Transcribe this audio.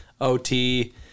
OT